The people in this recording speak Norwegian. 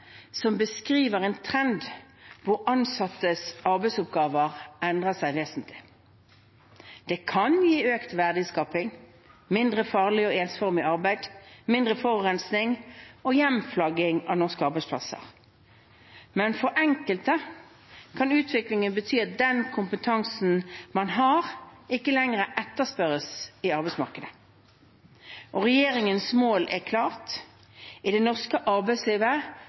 som beskriver en trend hvor ansattes arbeidsoppgaver endrer seg vesentlig. Det kan gi økt verdiskaping, mindre farlig og ensformig arbeid, mindre forurensning og hjemflagging av norske arbeidsplasser. Men for enkelte kan utviklingen bety at den kompetansen man har, ikke lenger etterspørres i arbeidsmarkedet. Regjeringens mål er klart: I det norske arbeidslivet